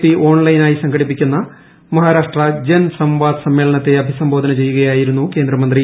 P ഓൺലൈനായി സംഘടിപ്പിക്കുന്ന മഹാരാഷ്ട്ര ജൻ സമ്വാദ് സമ്മേളനത്തെ അഭിസംബോധന ചെയ്യുകയായിരുന്നു കേന്ദ്രമന്ത്രി